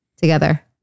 together